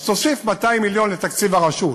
אז תוסיף 200 מיליון לתקציב הרשות,